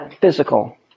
Physical